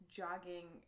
jogging